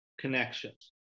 connections